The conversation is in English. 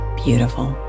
beautiful